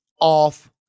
off